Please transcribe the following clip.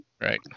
Right